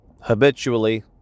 habitually